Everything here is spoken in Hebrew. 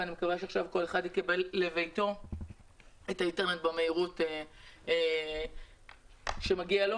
ואני מקווה שעכשיו כל אחד יקבל לביתו את האינטרנט במהירות שמגיעה לו,